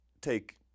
take